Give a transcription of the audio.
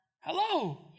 Hello